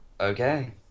Okay